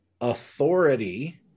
authority